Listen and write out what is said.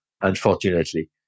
Unfortunately